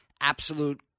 Absolute